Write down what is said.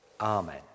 Amen